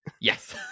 Yes